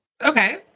okay